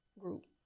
group